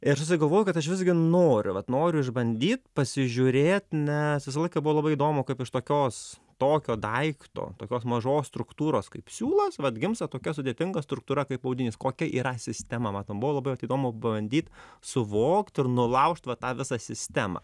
ir galvojau kad aš visgi noriu vat noriu išbandyt pasižiūrėt nes visą laiką buvo labai įdomu kaip iš tokios tokio daikto tokios mažos struktūros kaip siūlas vat gimsta tokia sudėtinga struktūra kaip audinys kokia yra sistema ma ten buvo labai vat įdomu pabandyt suvokt ir nulaužt va tą visą sistemą